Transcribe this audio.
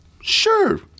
sure